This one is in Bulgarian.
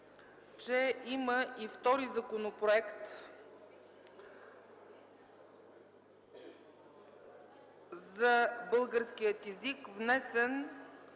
че има и втори Законопроект за български език, внесен